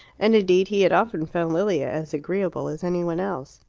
and indeed he had often found lilia as agreeable as any one else.